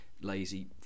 lazy